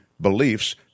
beliefs